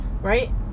right